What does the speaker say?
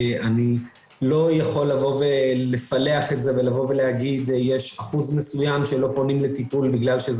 אני לא יכול לפלח את זה ולהגיד שיש אחוז מסוים שלא פונים לטיפול כי זה